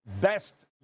best